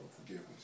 forgiveness